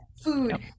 food